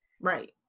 Right